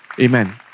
Amen